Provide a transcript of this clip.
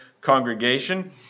congregation